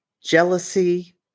jealousy